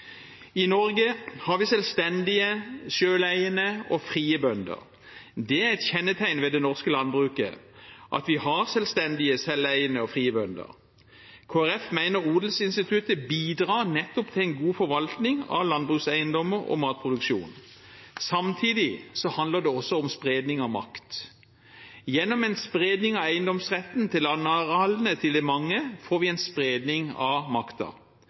I Norge har vi selvstendige, selveiende og frie bønder. Det er et kjennetegn ved det norske landbruket at vi har selvstendige, selveiende og frie bønder. Kristelig Folkeparti mener odelsinstituttet bidrar nettopp til en god forvaltning av landbrukseiendommer og matproduksjon. Samtidig handler det også om spredning av makt. Gjennom en spredning av eiendomsretten til landarealene til de mange får vi en spredning av